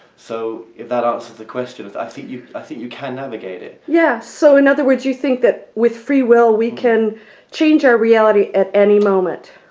so if that answers the questions i think you i think you can navigate it yeah, so in other words you think that with free will we can change our reality at any moment?